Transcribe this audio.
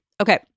Okay